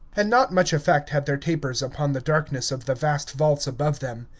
and not much effect had their tapers upon the darkness of the vast vaults above them.